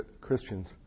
Christians